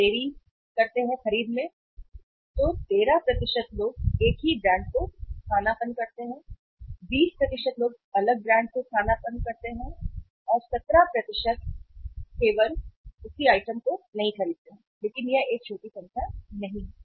देरी खरीद 21 तो एक ही ब्रांड 13 स्थानापन्न अलग ब्रांड 20 स्थानापन्न आइटम नहीं खरीद केवल 17 सही है लेकिन यह एक छोटी संख्या नहीं है